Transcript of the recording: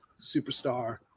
superstar